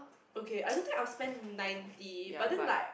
okay I don't think I will spend ninety but then like